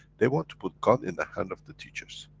they want to put gun in the hand of the teachers,